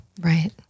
Right